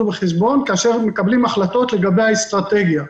בחשבון כאשר מקבלים החלטות לגבי האסטרטגיה.